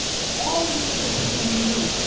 and all we needed to do we knew,